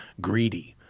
greedy